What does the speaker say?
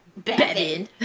Bevin